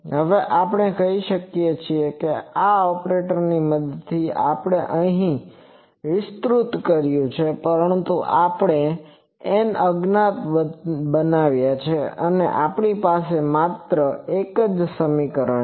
હવે આપણે કહી શકીએ કે આ ઓપરેટરની મદદથી આપણે તેને અહીં વિસ્તૃત કર્યું છે પરંતુ આપણે N અજ્ઞાત બનાવ્યા છે અને આપણી પાસે માત્ર એક જ સમીકરણ છે